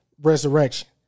Resurrection